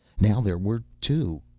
now there were two,